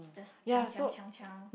just chang chang chang chang